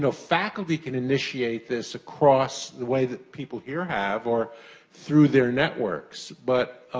and faculty can initiate this across, the way that people here, have, or through their networks. but,